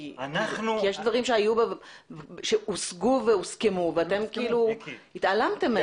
כי יש דברים שהושגו והוסכמו ואתם התעלמתם מהם.